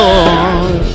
Lord